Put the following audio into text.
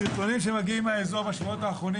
הסרטונים שמגיעים מהאזור בשבועות האחרונים